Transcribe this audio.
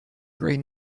green